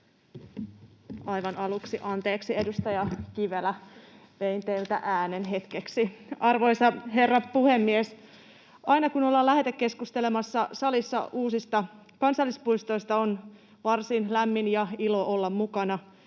Aivan aluksi: anteeksi, edustaja Kivelä, vein teiltä äänen hetkeksi. Arvoisa herra puhemies! Aina kun ollaan lähetekeskustelemassa salissa uusista kansallispuistoista, on varsin lämmin ja ilo olla mukana.